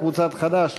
להלן: קבוצת חד"ש.